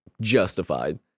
justified